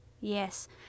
Yes